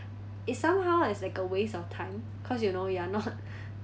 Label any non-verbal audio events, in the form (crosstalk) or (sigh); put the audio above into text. it somehow as like a waste of time cause you know you are not (laughs)